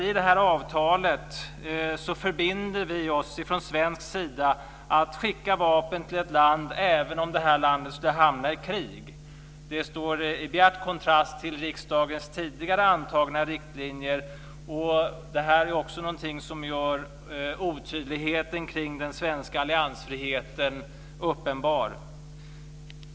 I avtalet förbinder vi oss från svensk sida att skicka vapen till ett land även om det landet skulle hamna i krig. Det står i bjärt kontrast till riksdagens tidigare antagna riktlinjer, och det är också någonting som gör otydligheten kring den svenska alliansfriheten uppenbar.